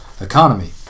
economy